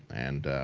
and